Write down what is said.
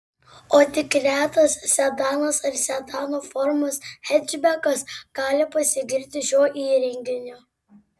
o tik retas sedanas ar sedano formos hečbekas gali pasigirti šiuo įrenginiu